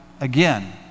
again